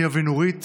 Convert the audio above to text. חיאת ונורית